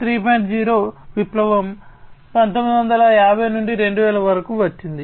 0 విప్లవం 1950 నుండి 2000 వరకు వచ్చింది